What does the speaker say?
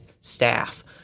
staff